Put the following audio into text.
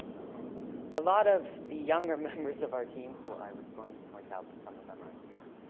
okay a lot of the younger members of our team who i was going to point out but some of them aren't here